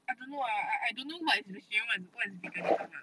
I don't know ah I I don't what is lee xian what is lee gan zhong [one]